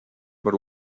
but